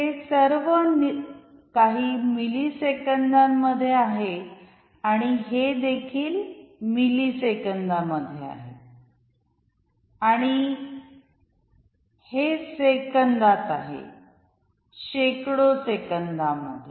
हे सर्व काही मिलिसेकंदांमध्ये आहे आणि हे देखील मिली सेकंदांमध्ये आहे आणि हे सेकंदात आहे शेकडो सेकंदांमध्ये